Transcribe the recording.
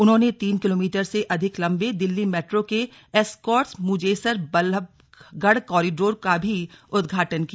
उन्होंने तीन किलोमीटर से अधिक लंबे दिल्ली मैट्रो के एस्कॉर्ट्स मुजेसर बल्लभगढ़ कॉरिडोर का भी उद्घाटन किया